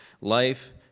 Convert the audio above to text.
life